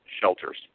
shelters